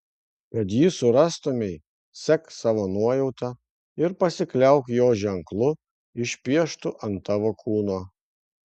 kad jį surastumei sek savo nuojauta ir pasikliauk jo ženklu išpieštu ant tavo kūno